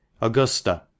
Augusta